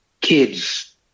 Kids